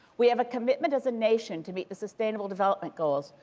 we have a commitment as a nation to meet the sustainable development goals.